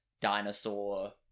dinosaur